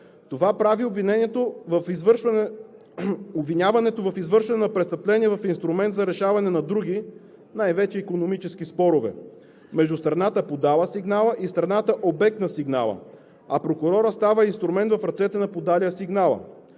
връзка – обвиняването в извършване на престъпление, в инструмент за решаване на други, най-вече икономически спорове между страната, подала сигнала, и страната, обект на сигнала, а прокурорът става инструмент в ръцете на подалия сигнала.